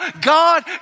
God